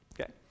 okay